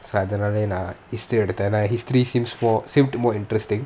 so அதுனாலயே நான்:athunaalayae naan history at that time ah history seems more seems to be more interesting